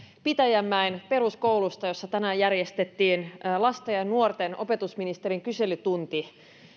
pitäjänmäen peruskoulusta jossa tänään järjestettiin lasten ja nuorten opetusministerin kyselytunti